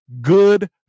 good